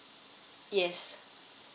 yes